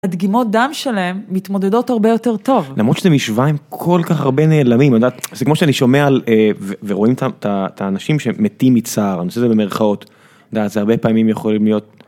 הדגימות דם שלהם מתמודדות הרבה יותר טוב. למרות שזה משוואה עם כל כך הרבה נעלמים, יודעת, זה כמו שאני שומע על... ורואים את האנשים שמתים מצער, אני עושה את זה במירכאות, את יודעת זה הרבה פעמים יכול להיות.